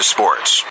Sports